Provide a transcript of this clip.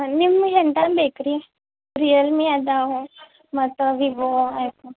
ನಿಮ್ಗೆಂಥದು ಬೇಕು ರೀ ರಿಯಲ್ಮಿ ಅದಾವೆ ಮತ್ತೆ ವಿವೋ ಐಫೋನ್